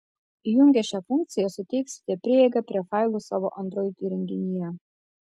įjungę šią funkciją suteiksite prieigą prie failų savo android įrenginyje